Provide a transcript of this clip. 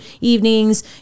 evenings